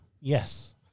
Yes